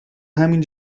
همین